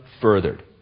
furthered